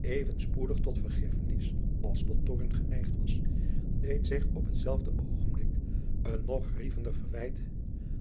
even spoedig tot vergiffenis als tot toorn geneigd was deed zich op t zelfde oogenblik een nog grievender verwijt